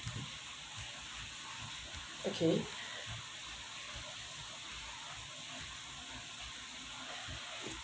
okay